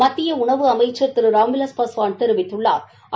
மத்திய உணவு அமைச்சள் திரு ராம்விலாஸ் பாஸ்வான் தெரிவித்துள்ளாா்